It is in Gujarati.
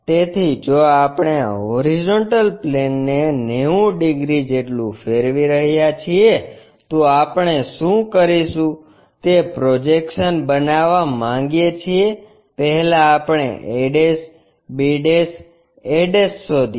તેથી જો આપણે આ હોરીઝોન્ટલ પ્લેનને 90 ડિગ્રી જેટલું ફેરવી રહ્યા છીએ તો આપણે શું કરીશું તે પ્રોજેક્શન્સ બતાવવા માંગીએ છીએ પહેલા આપણે a b a શોધીએ